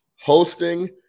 hosting